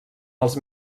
els